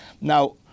Now